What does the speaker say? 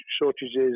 shortages